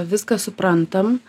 viską suprantam